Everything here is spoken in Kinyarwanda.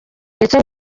ndetse